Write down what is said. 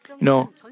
No